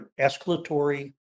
escalatory